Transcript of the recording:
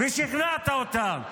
ושכנעת אותם.